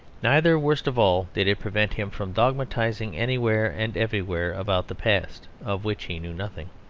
neither, worst of all, did it prevent him from dogmatising anywhere and everywhere about the past, of which he knew nothing